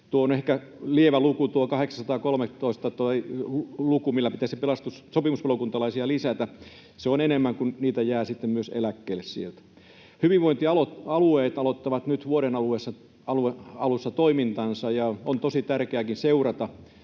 Tuo on ehkä lievä luku, tuo 813, millä pitäisi sopimuspalokuntalaisia lisätä. Se on enemmän kuin heitä jää sitten eläkkeelle sieltä. Hyvinvointialueet aloittavat nyt vuoden alussa toimintansa, ja onkin tosi tärkeää seurata,